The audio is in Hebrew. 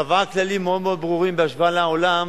קבעה כללים מאוד מאוד ברורים בהשוואה לעולם,